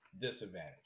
disadvantage